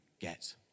get